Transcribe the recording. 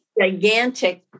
Gigantic